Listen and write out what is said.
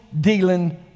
dealing